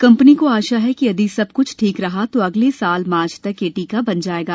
company को आशा है कि यदि सब कुछ ठीक ठाक रहा तो अगले वर्ष मार्च तक यह टीका बन जायेगा